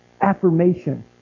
affirmation